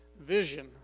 vision